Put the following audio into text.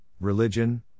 religion